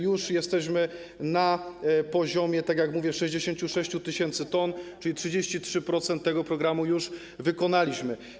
Już jesteśmy na poziomie, tak jak mówię, 66 tys. t, czyli 33% tego programu już wykonaliśmy.